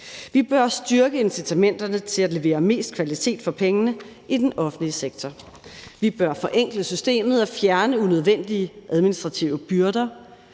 Vi bør styrke incitamenterne til at levere mest kvalitet for pengene i den offentlige sektor. Vi bør forenkle systemet og fjerne unødvendige administrative byrder.